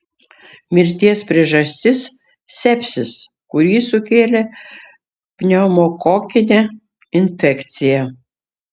mirties priežastis sepsis kurį sukėlė pneumokokinė infekcija